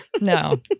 no